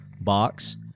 box